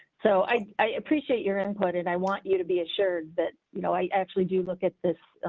so, i appreciate your input and i want you to be assured that you know i actually do look at this.